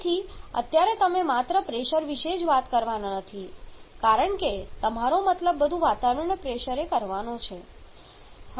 તેથી અત્યારે તમે માત્ર પ્રેશર વિશે જ વાત કરવાના નથી કારણ કે તમારો મતલબ બધું વાતાવરણીય પ્રેશરે કરવાનો છે